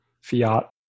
fiat